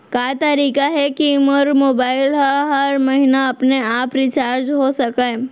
का तरीका हे कि मोर मोबाइल ह हर महीना अपने आप रिचार्ज हो सकय?